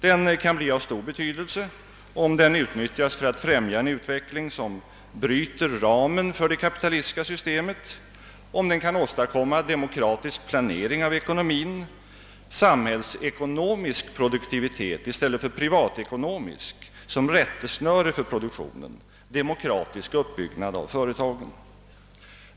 Den kan bli av stor betydelse, om den utnyttjas för att främja en utveckling som bryter ramen för det kapitalistiska systemet genom att ge demokratisk planering av ekonomin, samhällsekonomisk produktivitet i stället för privatekonomisk som rättesnöre för produktionen samt domokratisk uppbyggnad av företagen.